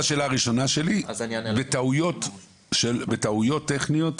כי בעצם הבקשה --- אז אני חוזר לשאלה הראשונה שלי בטעויות טכניות,